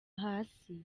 hasi